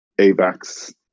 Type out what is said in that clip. AVAX